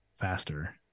faster